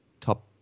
top